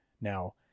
Now